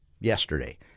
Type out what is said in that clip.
yesterday